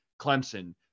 Clemson